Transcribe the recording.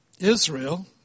Israel